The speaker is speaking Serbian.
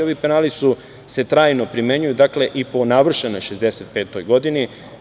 Ovi penali se trajno primenjuju i po navršenoj 65 godini.